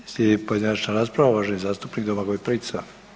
Slijedi pojedinačna rasprava, uvaženi zastupnik Domagoj Prica.